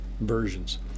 versions